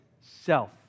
self